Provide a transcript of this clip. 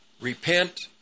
Repent